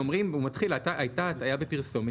כי הוא מתחיל: "הייתה הטעיה בפרסומת,